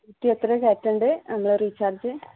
കുട്ടി എത്ര കയ്യറ്റേണ്ടത് നമ്മൾ റീചാർജ്